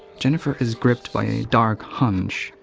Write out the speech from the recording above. jennifer is gripped by a dark hunch,